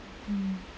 mm uh